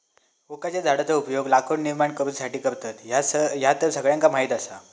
ओकाच्या झाडाचो उपयोग लाकूड निर्माण करुसाठी करतत, ह्या तर सगळ्यांका माहीत आसा